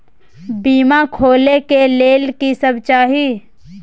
बीमा खोले के लेल की सब चाही?